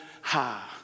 high